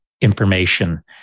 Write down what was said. information